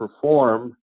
perform